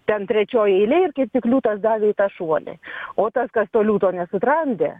ten trečioj eilėj ir kaip tik liūtas davė į tą šuolį o tas kas to liūto nesutramdė